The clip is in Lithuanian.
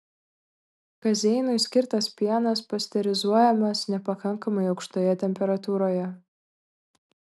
kazeinui skirtas pienas pasterizuojamas nepakankamai aukštoje temperatūroje